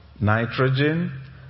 nitrogen